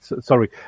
sorry